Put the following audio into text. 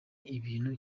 ikintu